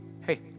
hey